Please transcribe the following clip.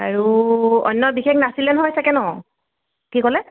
আৰু অন্য বিশেষ নাছিলে নহয় চাগৈ ন' কি ক'লে